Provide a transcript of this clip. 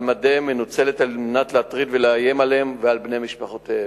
מדיהם מנוצלת על מנת להטריד ולאיים עליהם ועל בני-משפחותיהם.